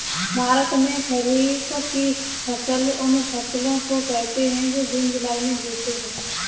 भारत में खरीफ की फसल उन फसलों को कहते है जो जून जुलाई में बोते है